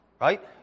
right